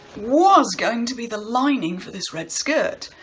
was going to be the lining for this red skirt.